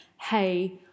hey